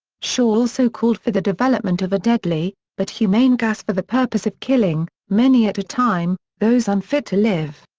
shaw also called for the development of a deadly but humane gas for the purpose of killing, many at a time, those unfit to live.